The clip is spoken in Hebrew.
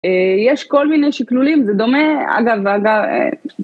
יש כל מיני שקלולים זה דומה אגב אגב